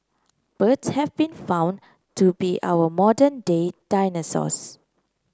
birds have been found to be our modern day dinosaurs